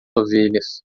ovelhas